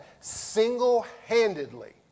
single-handedly